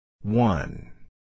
One